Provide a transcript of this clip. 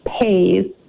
pays